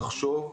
לחשוב,